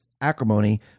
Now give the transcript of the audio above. acrimony